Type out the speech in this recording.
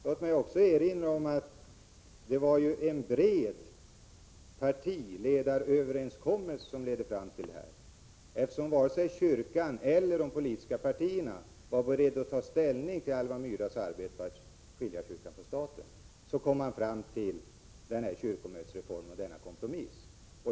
Låt mig också erinra om att det var en bred partiledaröverenskommelse som ledde fram till denna ståndpunkt. Eftersom varken kyrkan eller de politiska partierna var beredda att ta ställning till Alva Myrdals arbete på att skilja kyrkan från staten, kom man fram till kyrkomötesreformen och denna kompromiss.